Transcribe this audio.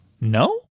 No